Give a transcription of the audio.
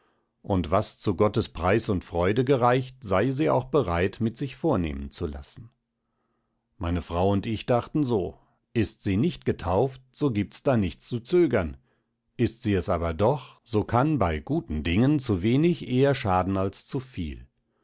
und was zu gottes preis und freude gereicht seie sie auch bereit mit sich vornehmen zu lassen meine frau und ich dachten so ist sie nicht getauft so gibt's da nichts zu zögern ist sie es aber doch so kann bei guten dingen zuwenig eher schaden als zuviel